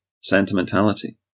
sentimentality